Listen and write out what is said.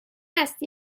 است